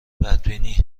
بدبینی